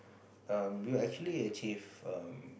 um you will actually achieve um